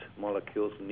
molecules